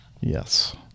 yes